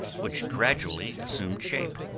which gradually assumed shape,